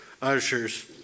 Ushers